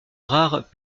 rare